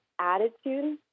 attitude